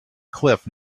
cliff